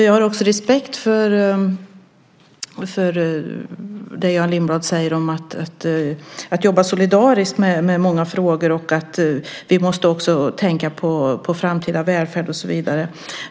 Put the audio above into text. Jag har också respekt för det Jan Lindholm säger om att jobba solidariskt med många frågor och att vi också måste tänka på framtida välfärd och så vidare.